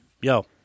Yo